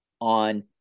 on